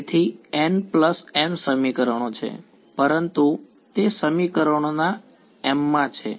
તેથી nm સમીકરણો છે પરંતુ તે સમીકરણોના m માં છે